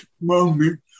moment